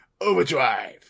overdrive